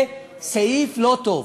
זה סעיף לא טוב.